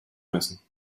messen